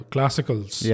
Classicals